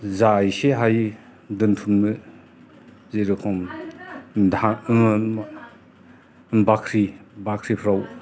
जा एसे हायो दोनथुमनो जिरखम बाख्रि बाख्रिफ्राव